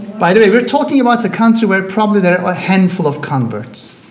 by the way we're talking about a country where probably there are a handful of converts.